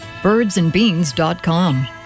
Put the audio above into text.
Birdsandbeans.com